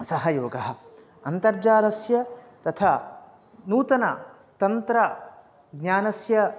सहयोगः अन्तर्जालस्य तथा नूतनं तन्त्रं ज्ञानस्य